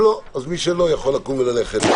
מי שלא רוצה לשמוע, יכול לקום וללכת.